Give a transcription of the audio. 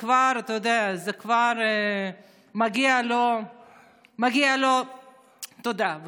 כבר מגיעה לו תודה.